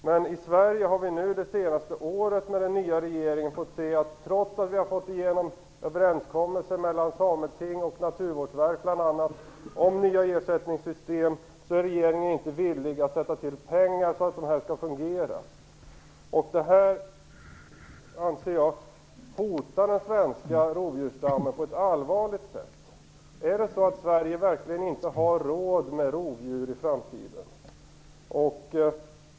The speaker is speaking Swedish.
Men i Sverige har vi under det senaste året fått se att den nya regeringen, trots överenskommelser mellan bl.a. sametinget och Naturvårdsverket om nya ersättningssystem, inte är villig att sätta till pengar så att dessa skall fungera. Det här anser jag hotar den svenska rovdjursstammen på ett allvarligt sätt. Är det verkligen så att Sverige inte har råd med rovdjur i framtiden?